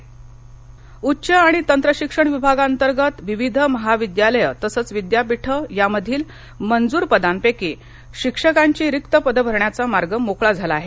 पदे उच्च आणि तंत्रशिक्षण विभागांतर्गत विविध महाविद्यालये तसेच विद्यापीठ यांमधील मंजूर पदांपैकी शिक्षकीय रिक्त पदे भरण्याचा मार्ग मोकळा झाला आहे